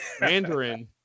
Mandarin